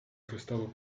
arrestado